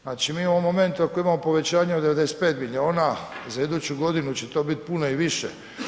Znači, mi u ovom momentu ako imamo povećanje od 95 milijuna, za iduću godinu će to bit puno i više.